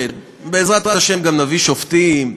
בעזרת השם גם נביא שופטים,